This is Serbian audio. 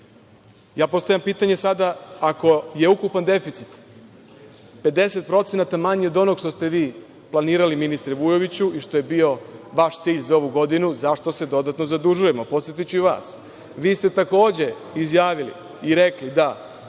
godine. Postavljam pitanje sada, ako je ukupan deficit 50% manji od onoga što ste vi planirali, ministre Vujoviću, i što je bio vaš cilj za ovu godinu, zašto se dodatno zadužujemo? Podsetiću i vas, vi ste takođe izjavili i rekli da